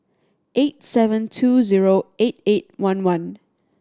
eight seven two zero eight eight one one